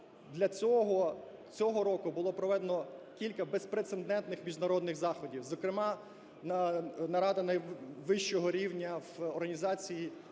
Для цього року було проведено кілька безпрецедентних міжнародних заходів, зокрема, нарада найвищого рівня в Організації